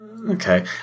Okay